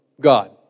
God